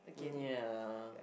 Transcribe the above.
ya